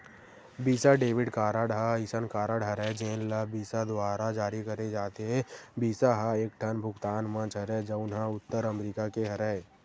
बिसा debit card ह असइन कारड हरय जेन ल बिसा दुवारा जारी करे जाथे, बिसा ह एकठन भुगतान मंच हरय जउन ह उत्तर अमरिका के हरय